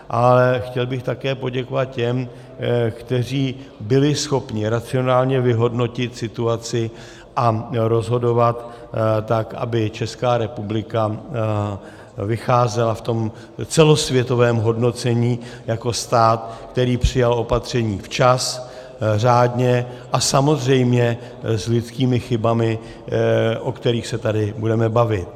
A chtěl bych také poděkovat těm, kteří byli schopni racionálně vyhodnotit situaci a rozhodovat tak, aby Česká republika vycházela v tom celosvětovém hodnocení jako stát, který přijal opatření včas, řádně a samozřejmě s lidskými chybami, o kterých se tady budeme bavit.